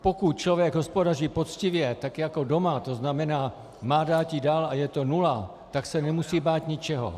Pokud člověk hospodaří poctivě jako doma, to znamená má dáti, dal a je to nula, tak se nemusí bát ničeho.